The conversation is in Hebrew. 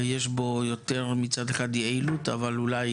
ויש בו יותר יעילות, מצד אחד, אבל אולי